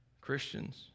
Christians